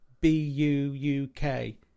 B-U-U-K